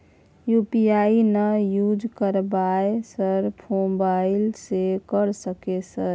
UPI ना use करवाएं sir mobile से कर सके सर?